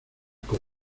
con